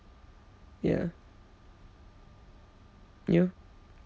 ya you